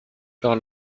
par